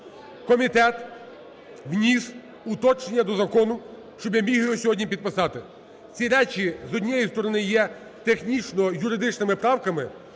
Комітет вніс уточнення до закону, щоб я міг його сьогодні підписати. Ці речі, з однієї сторони, є технічно-юридичними правками,